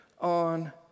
on